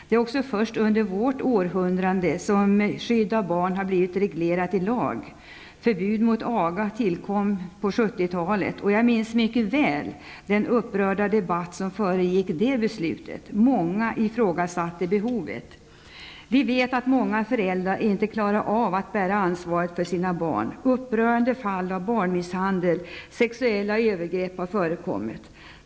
Det är också först under vårt århundrade som skydd av barn har blivit reglerat i lag. Förbud mot aga tillkom så sent som på 70-talet, och jag minns mycket väl den upprörda debatt som föregick det beslutet. Många ifrågasatte behovet. Vi vet att många föräldrar inte klarar av att bära ansvaret för sina barn. Upprörande fall av barnmisshandel och sexuella övergrepp har förekommit.